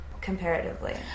Comparatively